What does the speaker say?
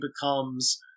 becomes